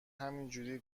همینجوری